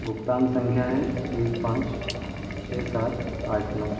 भुगतान संख्या है एक पाँच छः सात आठ नौ